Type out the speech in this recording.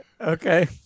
Okay